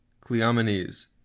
Cleomenes